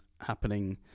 happening